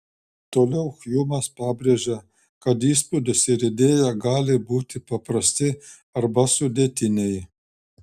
toliau hjumas pabrėžia kad įspūdis ir idėja gali būti paprasti arba sudėtiniai